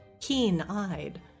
keen-eyed